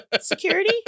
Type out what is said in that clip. Security